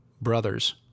brothers